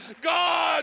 God